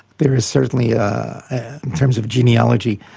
there is certainly a. in terms of genealogy,